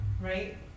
right